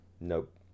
Nope